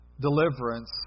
deliverance